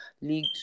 league